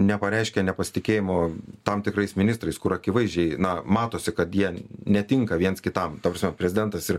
nepareiškė nepasitikėjimo tam tikrais ministrais kur akivaizdžiai na matosi kad jie netinka viens kitam ta prasme prezidentas ir